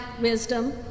wisdom